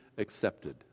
accepted